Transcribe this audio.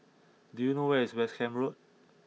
do you know where is West Camp Road